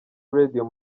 radio